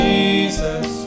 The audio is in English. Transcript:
Jesus